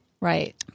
Right